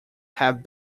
have